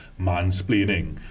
mansplaining